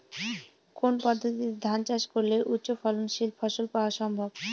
কোন পদ্ধতিতে ধান চাষ করলে উচ্চফলনশীল ফসল পাওয়া সম্ভব?